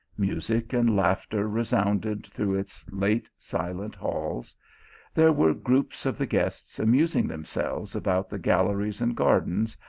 music and laugh ter resounded through its late silent halls there were groups of the guests amusing themselves about the galleries and gardens,